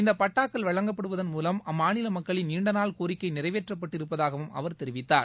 இந்த பட்டாக்கள் வழங்கப்படுவதன் மூலம் அம்மாநில மக்களின் நீண்டநாள் கோரிக்கை நிறைவேற்றப்பட்டு இருப்பதாகவும் அவர் தெரிவித்தார்